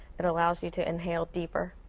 it allows you to inhale deeper.